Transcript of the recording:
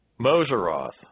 Moseroth